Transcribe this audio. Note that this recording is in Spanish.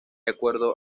acuerdo